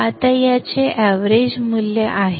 आता याचे एवरेज मूल्य आहे